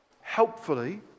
helpfully